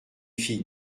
fille